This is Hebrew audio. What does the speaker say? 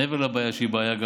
מעבר לזה שהיא גם